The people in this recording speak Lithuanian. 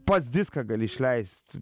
pats viską gali išleist